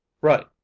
right